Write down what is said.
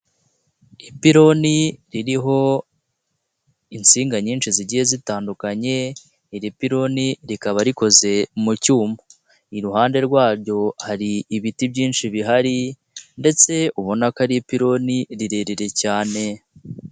Ipironi ririho insinga nyinshi zigiye zitandukanye iri piironi rikaba rikoze mu cyuma, iruhande rwaryo hari ibiti byinshi bihari ndetse ubona ko ari ipironi rirerire cyane.